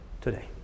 today